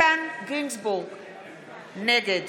נגד